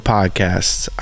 Podcasts